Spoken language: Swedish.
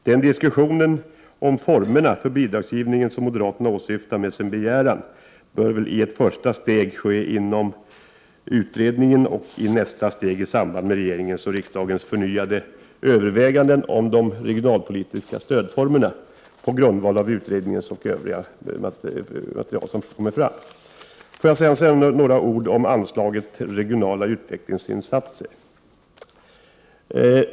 Den diskussion om formerna för bidragsgivningen som moderaterna åsyftar med sin begäran bör väl i ett första steg ske inom utredningen och i nästa steg i samband med regeringens och riksdagens förnyade överväganden om de regionalpolitiska stödformerna, på grundval av utredningen och övrigt material som har kommit fram. Får jag sedan säga några ord om anslaget till Regionala utvecklingsinsatser.